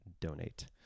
donate